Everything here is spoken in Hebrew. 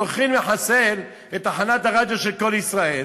הולכים לחסל את תחנת הרדיו של "קול ישראל".